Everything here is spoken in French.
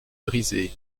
brisée